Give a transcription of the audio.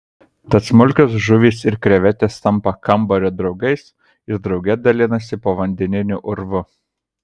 tad smulkios žuvys ir krevetės tampa kambario draugais ir drauge dalinasi povandeniniu urvu